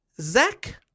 Zach